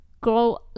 grow